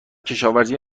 کشاورزی